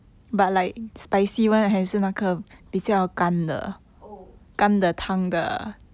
oh